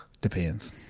depends